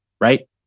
right